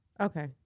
Okay